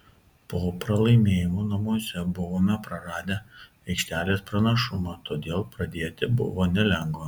po pralaimėjimo namuose buvome praradę aikštelės pranašumą todėl pradėti buvo nelengva